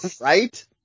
Right